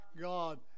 God